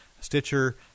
Stitcher